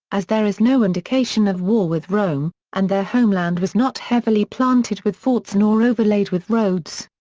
as there is no indication of war with rome, and their homeland was not heavily planted with forts nor overlaid with roads.